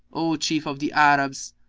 o chief of the arabs,